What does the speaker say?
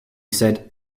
said